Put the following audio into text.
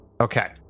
Okay